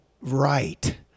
right